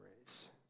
race